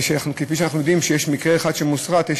וכפי שאנחנו יודעים, כשיש מקרה אחד שמוסרט, יש